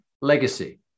legacy